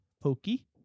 Pokey